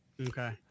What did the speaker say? Okay